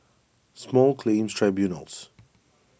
Small Claims Tribunals